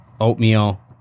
oatmeal